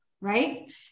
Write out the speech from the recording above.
Right